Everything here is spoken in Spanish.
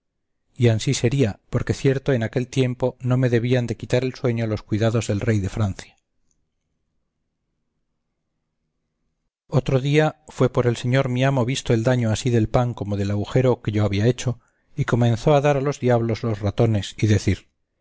y ansí sería porque cierto en aquel tiempo no me debían de quitar el sueño los cuidados del rey de francia otro día fue por el señor mi amo visto el daño así del pan como del agujero que yo había hecho y comenzó a dar a los diablos los ratones y decir